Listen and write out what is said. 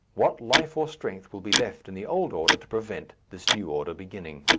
what life or strength will be left in the old order to prevent this new order beginning?